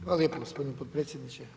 Hvala lijepo gospodine potpredsjedniče.